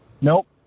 Nope